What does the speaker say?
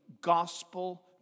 gospel